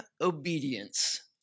obedience